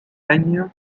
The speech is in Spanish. año